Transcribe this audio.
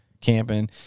camping